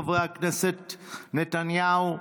חברי הכנסת בנימין נתניהו,